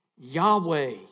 Yahweh